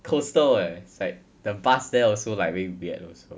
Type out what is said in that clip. coastal eh it's like the bus there also like a bit weird also